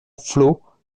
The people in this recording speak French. flots